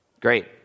Great